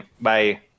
Bye